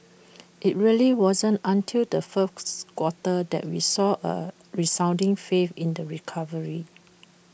IT really wasn't until the fourth quarter that we saw A resounding faith in the recovery